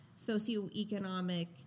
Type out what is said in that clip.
socioeconomic